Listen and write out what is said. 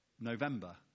November